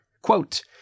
quote